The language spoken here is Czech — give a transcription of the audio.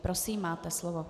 Prosím, máte slovo.